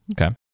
Okay